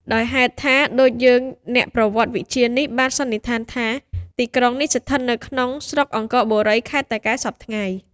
ដោយហេតុថា ដូចយើងអ្នកប្រវត្តិវិទ្យានេះបានសន្និដ្ឋានថា ទីក្រុងនេះ ស្ថិតនៅក្នុងស្រុកអង្គរបូរី ខេត្តតាកែវសព្វថ្ងៃ ។